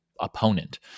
opponent